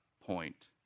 point